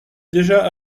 déjà